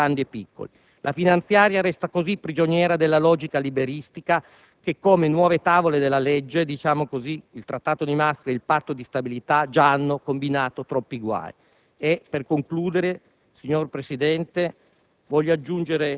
nei paesi grandi e piccoli. La finanziaria resta così prigioniera della logica liberista che ha, come nuove tavole della legge, il Trattato di Maastricht e il Patto di stabilità, che già hanno combinato troppi guai. Per concludere, signor Presidente,